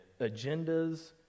Agendas